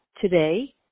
today